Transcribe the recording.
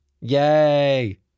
Yay